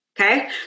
Okay